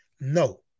No